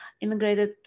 Immigrated